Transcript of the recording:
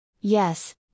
Yes